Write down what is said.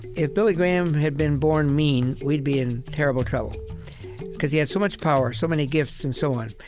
if billy graham had been born mean, we'd be in terrible trouble because he had so much power, so many gifts, and so on.